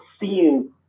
seeing